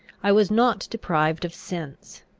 i was not deprived of sense.